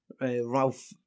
Ralph